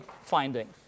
finding